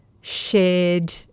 shared